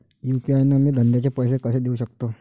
UPI न मी धंद्याचे पैसे कसे देऊ सकतो?